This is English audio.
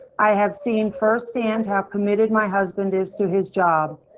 i have seen first hand how committed my husband is to his job.